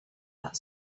that